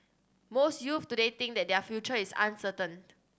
most youths today think that their future is uncertain